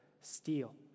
steal